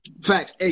Facts